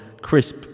Crisp